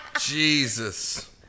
Jesus